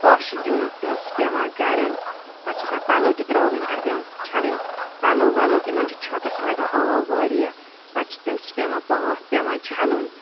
پھَش دیُن تٕژھ پٮ۪وان کَرٕنۍ پَتہٕ چھِ آسان پَلو تہِ ترٛاوٕنۍ اَتٮ۪ن چھَلٕنۍ پَلو وَلو تِمَن چھِ چھۄکَس لَگان آب واریاہ پَتہٕ چھِ تٕژھ پٮ۪وان پاتھ پٮ۪وان چھَلُن